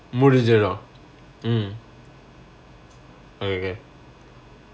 முடிஞ்சிரு:mudinjiru mm okay